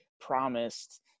promised